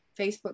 Facebook